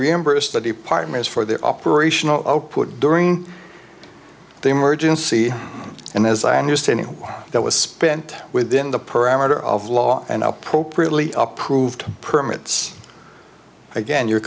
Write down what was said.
reimburse the d partners for their operational output during they merge in c and as i understand why that was spent within the parameter of law and appropriately approved permits again your